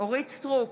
אורית מלכה סטרוק,